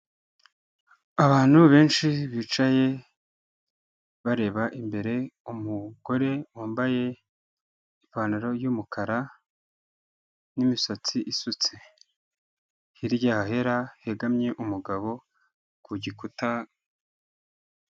Abantu benshi bicaye bareba imbere, umugore wambaye ipantaro y'umukara n'imisatsi isutse, hirya hahera hegamye umugabo ku gikuta.